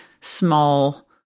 small